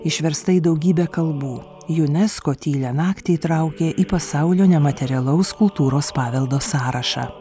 išversta į daugybę kalbų junesko tylią naktį įtraukė į pasaulio nematerialaus kultūros paveldo sąrašą